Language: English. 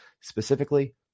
specifically